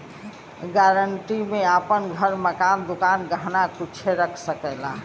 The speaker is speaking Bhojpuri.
गारंटी में आपन घर, मकान, दुकान, गहना कुच्छो रख सकला